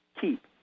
Keep